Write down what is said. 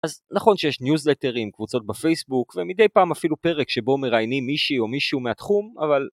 אז נכון שיש ניוזלטרים, קבוצות בפייסבוק, ומדי פעם אפילו פרק שבו מראיינים מישהי או מישהו מהתחום, אבל...